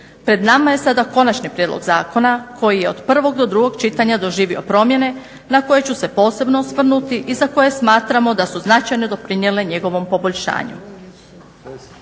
Pred nama je sada Konačni prijedlog zakona koji je od prvog do drugog čitanja doživio promjene na koje ću se posebno osvrnuti i za koje smatramo da su značajno doprinijele njegovom poboljšanju.